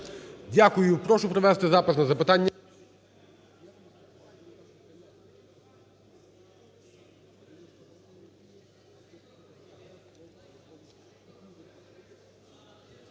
Дякую. Прошу провести запис на запитання.